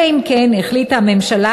אלא אם כן החליטה הממשלה,